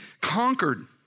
conquered